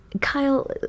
Kyle